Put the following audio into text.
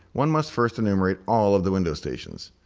one must first enumerate all of the window stations.